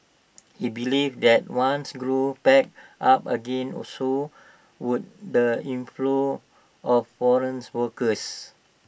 he believed that once growth picked up again also would the inflow of foreigns workers